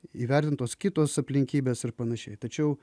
įvertintos kitos aplinkybės ir panašiai tačiau